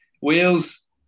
Wales